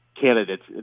candidates